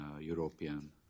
European